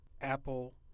Apple